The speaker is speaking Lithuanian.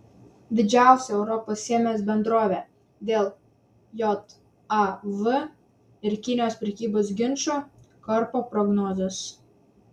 didžiausia europos chemijos bendrovė dėl jav ir kinijos prekybos ginčo karpo prognozes